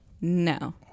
No